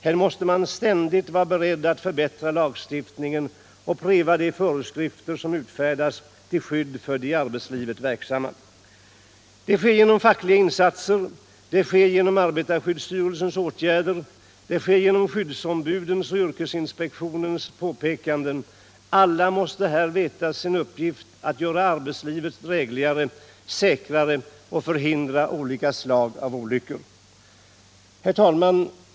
Här måste man ständigt vara beredd att förbättra lagstiftningen och pröva de föreskrifter som utfärdas till skydd för de i arbetslivet verksamma. Det sker genom fackliga insatser. Det sker genom arbetarskyddsstyrelsens åtgärder. Det sker genom skyddsombudens och yrkesinspektionens påpekanden. Alla måste här veta sin uppgift att göra arbetslivet drägligare och säkrare och förhindra olika slag av olyckor. Herr talman!